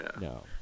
no